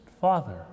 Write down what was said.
father